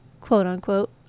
quote-unquote